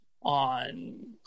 on